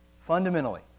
fundamentally